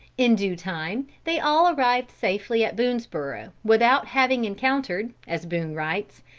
in due time they all arrived safely at boonesborough without having encountered, as boone writes,